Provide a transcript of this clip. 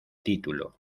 título